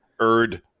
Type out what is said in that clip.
Erd